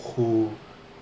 who